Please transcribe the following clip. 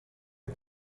een